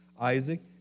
Isaac